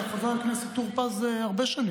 אדוני, בבקשה, תפריך את זה סוף-סוף.